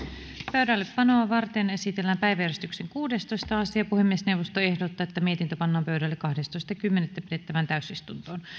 pöydällepanoa varten esitellään päiväjärjestyksen kuudestoista asia puhemiesneuvosto ehdottaa että mietintö pannaan pöydälle kahdestoista kymmenettä kaksituhattaseitsemäntoista pidettävään täysistuntoon